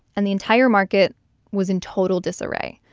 and the entire market was in total disarray.